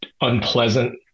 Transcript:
unpleasant